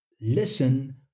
listen